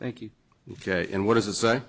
thank you and what does it say